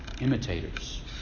imitators